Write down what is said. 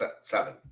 seven